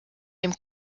dem